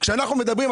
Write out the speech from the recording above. כשאנחנו מדברים,